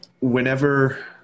whenever